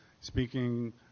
speaking